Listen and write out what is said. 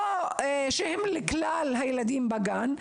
לא תוכניות שהן לכלל הילדים בגן,